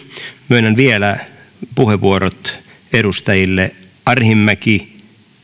myönnän vielä puheenvuorot edustajille arhinmäki